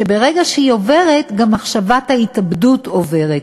וברגע שהמצוקה עוברת גם מחשבת ההתאבדות עוברת.